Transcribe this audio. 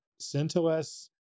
CentOS